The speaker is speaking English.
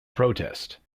protest